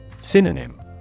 Synonym